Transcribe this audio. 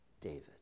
David